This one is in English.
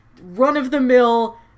run-of-the-mill